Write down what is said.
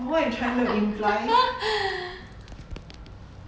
what you trying to imply